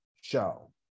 show